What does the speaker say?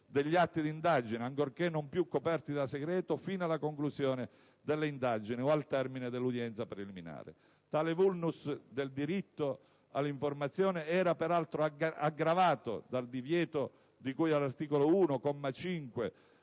degli atti di indagine, ancorché non più coperti da segreto, fino alla conclusione delle indagini o al termine dell'udienza preliminare. Tale *vulnus* del diritto all'informazione era peraltro aggravato dal divieto, di cui all'articolo 1,